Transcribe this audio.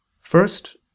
First